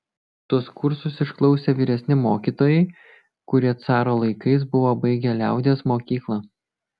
tuos kursus išklausė vyresni mokytojai kurie caro laikais buvo baigę liaudies mokyklą